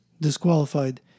disqualified